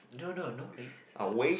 don't know no racist uh